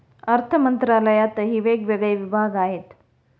अर्थमंत्रालयातही वेगवेगळे विभाग आहेत